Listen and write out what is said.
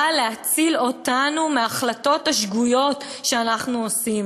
באה להציל אותנו מההחלטות השגויות שאנחנו עושים.